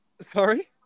Sorry